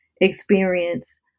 experience